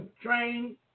train